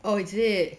oh is it